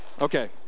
Okay